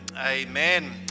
Amen